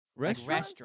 Restaurant